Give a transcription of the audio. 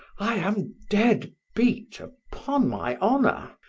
i am dead beat, upon my honor.